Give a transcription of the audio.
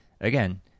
Again